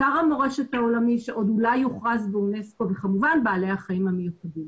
אתר המורשת העולמי שאולי יוכרז באונסקו וכמובן בעלי החיים המיוחדים.